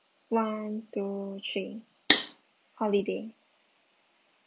one two three holiday